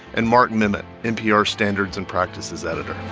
and mark memmott, npr's standards and practices editor